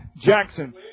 Jackson